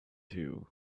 too